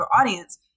audience